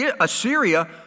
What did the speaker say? Assyria